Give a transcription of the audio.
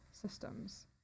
systems